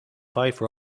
five